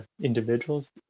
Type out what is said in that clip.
individuals